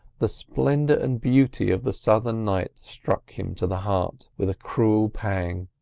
the splendour and beauty of the southern night struck him to the heart with a cruel pang.